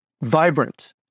vibrant